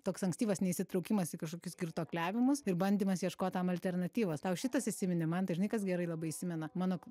toks ankstyvas neįsitraukimas į kažkokius girtuokliavimus ir bandymas ieškot tam alternatyvos tau šitas įsiminė man tai žinai kas gerai labai įsimena mano